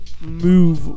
move